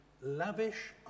lavish